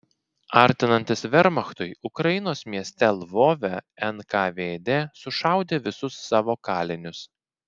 artinantis vermachtui ukrainos mieste lvove nkvd sušaudė visus savo kalinius